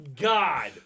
god